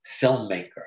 filmmaker